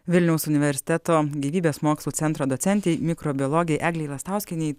vilniaus universiteto gyvybės mokslų centro docentei mikrobiologei eglei lastauskienei